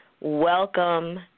Welcome